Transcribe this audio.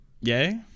Yay